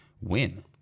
win